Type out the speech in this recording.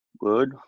Good